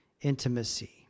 intimacy